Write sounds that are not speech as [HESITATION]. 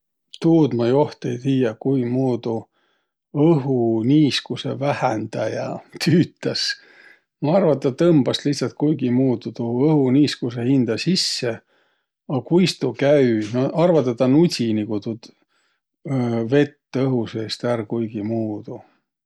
Tuud ma joht ei tiiäq, kuimuudu õhuniiskusõ vähändäjä [LAUGHS] tüütäs. Ma arva, et tä tõmbas lihtsält kuigimuudu tuu õhuniiskusõ hindä sisse. A kuis tuu käü? No arvadaq tä nudsi nigu tuud [HESITATION] õhu seest ärq kuigimuudu.